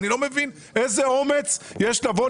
אני לא מבין איזה אומץ יש לבוא,